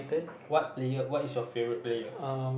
what player what is your favourite player